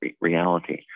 reality